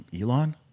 Elon